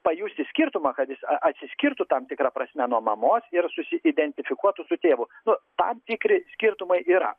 pajusi skirtumą kad jis atsiskirtų tam tikra prasme nuo mamos ir susiidentifikuotų su tėvu nu tam tikri skirtumai yra